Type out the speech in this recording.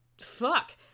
Fuck